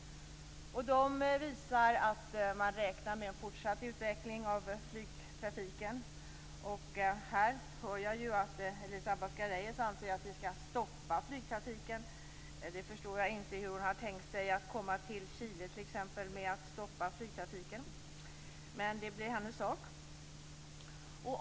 De visar att man räknar med en fortsatt utveckling av flygtrafiken. Jag hör här att Elisa Abascal Reyes anser att vi skall stoppa flygtrafiken. Jag förstår inte hur hon har tänkt sig att komma t.ex. till Chile genom att stoppa flygtrafiken, men det blir hennes sak.